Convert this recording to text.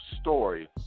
story